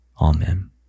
amen